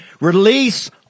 Release